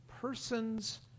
Persons